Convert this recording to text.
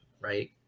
Right